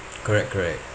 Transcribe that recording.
correct correct